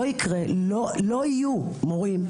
לא יהיו מורים.